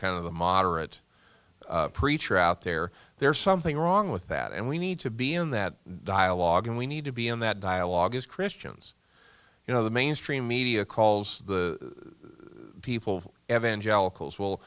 kind of the moderate preacher out there there is something wrong with that and we need to be in that dialogue and we need to be in that dialogue as christians you know the mainstream media calls the people